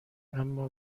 اما